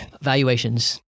Valuations